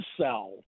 sell